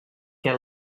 què